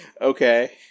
okay